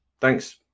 thanks